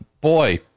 Boy